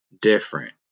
different